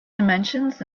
dimensions